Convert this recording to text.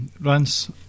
Rance